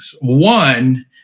One